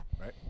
Right